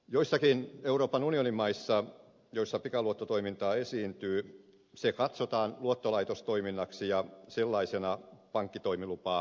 joissakin euroopan unionin maissa joissa pikaluottotoimintaa esiintyy se katsotaan luottolaitostoiminnaksi ja sellaisena pankkitoimilupaa edellyttäväksi